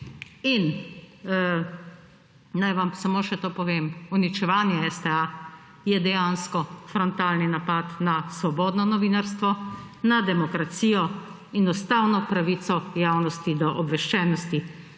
In naj vam samo še to povem, uničevanje STA je dejansko frantalni napad na svobodno novinarstvo, na demokracijo in ustavno pravico javnosti do obveščenosti.